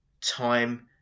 time